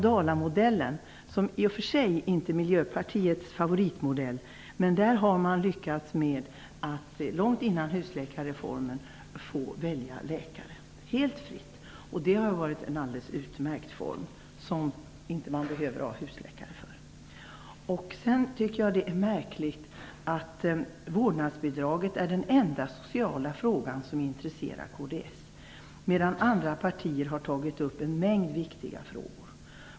Dalamodellen är i och för sig inte Miljöpartiets favoritmodell, men med den har det blivit möjligt att helt fritt välja läkare. Detta skedde långt före husläkarreformen. Det har varit en alldeles utmärkt form som visar att det inte behöver finnas husläkare. Det är märkligt att vårdnadsbidraget är den enda sociala fråga som intresserar kds. Andra partier har tagit upp en mängd viktiga frågor.